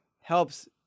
helps